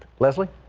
leslie